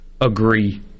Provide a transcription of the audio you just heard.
Agree